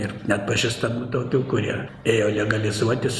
ir net pažįstamų tautų kurie ėjo legalizuotis